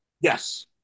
Yes